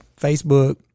Facebook